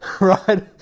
right